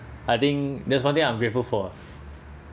I think that's one thing I'm grateful for